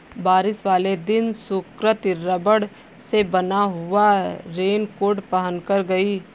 बारिश वाले दिन सुकृति रबड़ से बना हुआ रेनकोट पहनकर गई